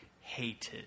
hated